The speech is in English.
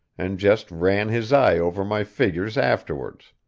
and just ran his eye over my figures afterwards.